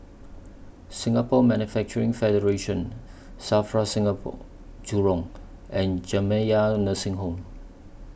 Singapore Manufacturing Federation SAFRA Singapore Jurong and Jamiyah Nursing Home